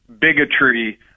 bigotry